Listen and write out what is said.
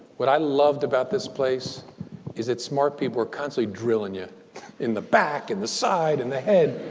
what i loved about this place is that smart people are constantly drilling you in the back, in the side, in the head.